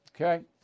Okay